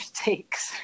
takes